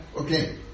Okay